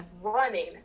running